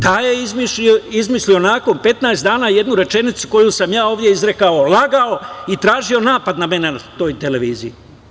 Taj je izmislio nakon 15 dana jednu rečenicu koju sam ja ovde izrekao, lagao i tražio napad na mene na toj televiziji.